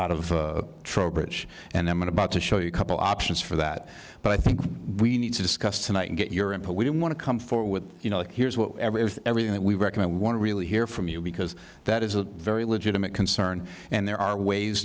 out of trowbridge and then what about to show you a couple options for that but i think we need to discuss tonight and get your input we don't want to come forward you know here's what every everything that we recommend want to really hear from you because that is a very legitimate concern and there are ways